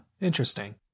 interesting